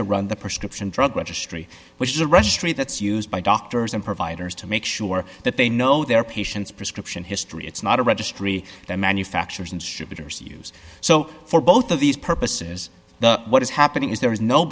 to run the prescription drug registry which is a registry that's used by doctors and providers to make sure that they know their patients prescription history it's not a registry that manufacturers and shooters use so for both of these purposes the what is happening is there is no